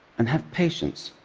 and have patience,